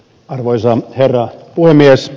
arvoisa herra puhemies